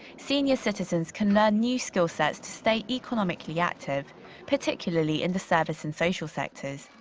senior citizens can learn new skill-sets to stay economically active particularly in the service and social sectors.